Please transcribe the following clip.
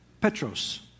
Petros